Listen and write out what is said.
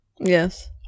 Yes